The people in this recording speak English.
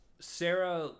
Sarah